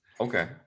Okay